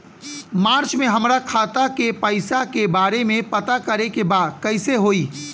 मार्च में हमरा खाता के पैसा के बारे में पता करे के बा कइसे होई?